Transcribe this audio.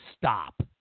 stop